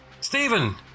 Stephen